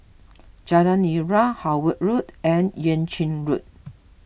Jalan Nira Howard Road and Yuan Ching Road